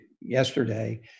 yesterday